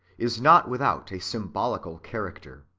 is not without a symbolical character.